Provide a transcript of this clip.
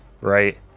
Right